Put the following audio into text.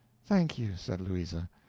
thank you, said louisa,